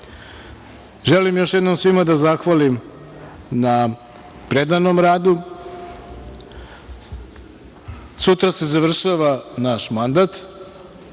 još jednom svima da zahvalim na predanom radu. Sutra se završava naš mandat.